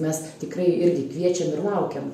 mes tikrai irgi kviečiam ir laukiam